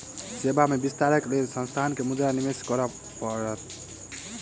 सेवा में विस्तारक लेल संस्थान के मुद्रा निवेश करअ पड़ल